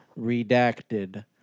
Redacted